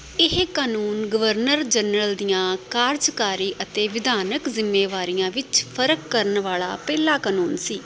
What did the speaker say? ਇਹ ਕਾਨੂੰਨ governor general ਦੀਆਂ ਕਾਰਜਕਾਰੀ ਅਤੇ ਵਿਧਾਨਕ ਜ਼ਿੰਮੇਵਾਰੀਆਂ ਵਿੱਚ ਫ਼ਰਕ ਕਰਨ ਵਾਲਾ ਪਹਿਲਾ ਕਾਨੂੰਨ ਸੀ